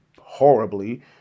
horribly